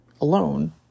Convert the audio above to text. alone